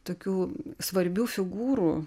tokių svarbių figūrų